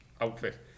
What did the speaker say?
outfit